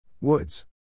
Woods